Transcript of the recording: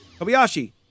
kobayashi